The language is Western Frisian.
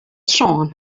sân